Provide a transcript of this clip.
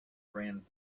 brand